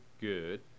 good